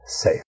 safe